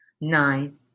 nine